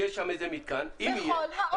אם יהיה -- בכל העולם עושים את זה.